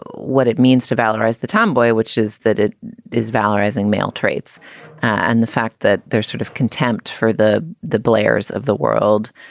what it means to valorize the tomboy, which is that it is valorize and male traits and the fact that there's sort of contempt for the the blairs of the world,